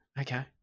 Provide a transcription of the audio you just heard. Okay